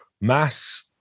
mass